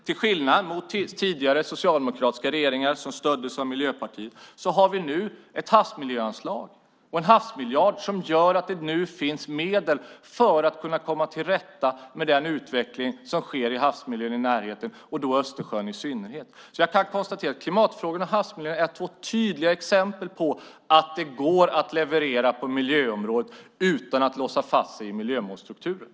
Till skillnad från tidigare, socialdemokratiska regeringar som stöddes av Miljöpartiet har vi nu ett havsmiljöanslag och en havsmiljard som gör att det finns medel för att kunna komma till rätta med den utveckling som sker i havsmiljön i närheten, i synnerhet i Östersjön. Jag kan konstatera att klimatfrågorna och havsmiljön är två tydliga exempel på att det går att leverera på miljöområdet utan att låsa fast sig i miljömålsstrukturer.